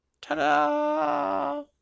Ta-da